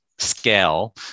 scale